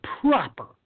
proper